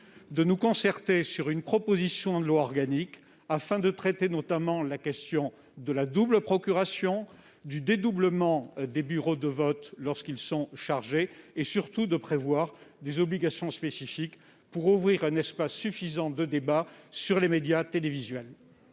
de se concerter sur une proposition de loi organique afin de traiter, notamment, les questions de la double procuration, du dédoublement des bureaux de vote lorsque ceux-ci sont trop chargés, et surtout des obligations spécifiques à prévoir pour ouvrir un espace suffisant de débat dans les médias télévisuels.